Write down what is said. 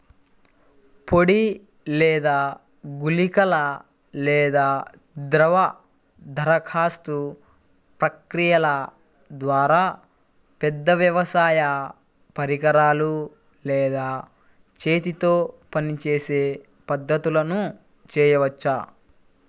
పొడి లేదా గుళికల లేదా ద్రవ దరఖాస్తు ప్రక్రియల ద్వారా, పెద్ద వ్యవసాయ పరికరాలు లేదా చేతితో పనిచేసే పద్ధతులను చేయవచ్చా?